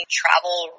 travel